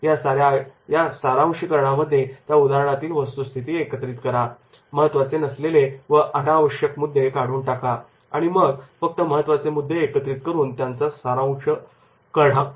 या साऱ्या आयुष्यामध्ये त्या उदाहरणामधील वस्तुस्थिती एकत्रित करा महत्त्वाचे नसलेले व अनावश्यक मुद्दे काढून टाका आणि मग फक्त महत्त्वाचे मुद्दे एकत्रित करून त्याचा सारांश काढा